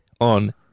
on